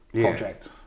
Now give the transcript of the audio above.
project